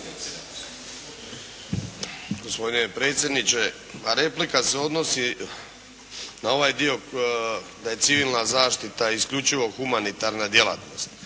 Gospodine predsjedniče, pa replika se odnosi na ovaj dio da je civilna zaštita isključivo humanitarna djelatnost.